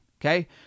Okay